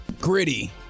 Gritty